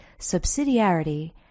subsidiarity